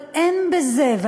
אבל אין בזה,